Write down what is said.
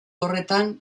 horretan